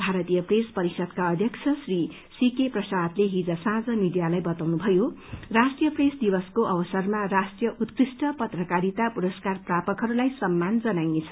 भारतीय प्रेस परिषदका अध्यक्ष श्री सीके प्रसादले हिज साँझ मिडियालाई बताउनुभयो राष्ट्रीय प्रेस दिवसको अवसरमा राष्ट्रीय उत्कृष्ट पत्रकारिता पुरस्कार प्रापकहरूलाई सम्मान जनाइनेछ